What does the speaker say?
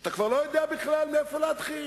שאתה כבר לא יודע בכלל מאיפה להתחיל.